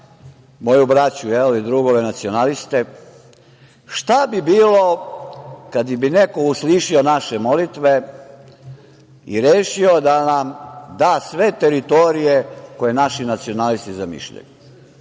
moju braću i drugove nacionaliste, šta bi bilo kada bi neko uslišio naše molitve i rešio da nam da sve teritorije koje naši nacionalisti zamišljaju